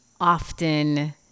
often